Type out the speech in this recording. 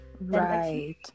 Right